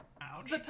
ouch